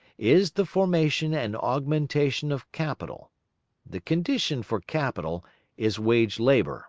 is the formation and augmentation of capital the condition for capital is wage-labour.